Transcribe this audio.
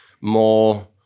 more